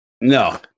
No